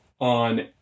On